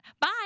Bye